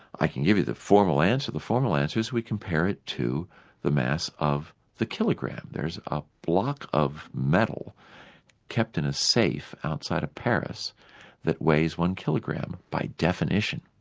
i can give you the formal answer the formal answer is we compare it to the mass of the kilogram. there is a block of metal kept in a safe outside of paris that weighs one kilogram by definition.